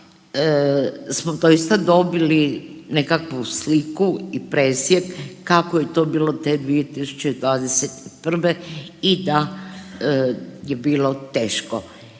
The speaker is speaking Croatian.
smo doista dobili nekakvu sliku i presjek kako je to bilo te 2021. i da je bilo teško.